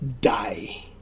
die